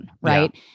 Right